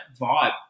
vibe